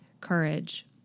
courage